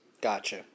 Gotcha